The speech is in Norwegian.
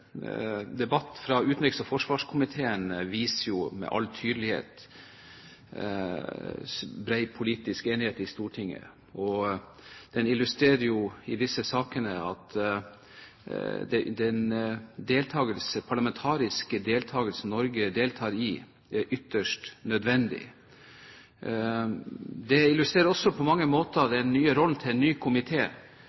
debatt fra utenriks- og forsvarskomiteen viser med all tydelighet bred politisk enighet i Stortinget, og at det parlamentariske arbeidet Norge deltar i, er ytterst nødvendig. Det illustrerer også på mange måter